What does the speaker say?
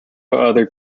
other